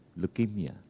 leukemia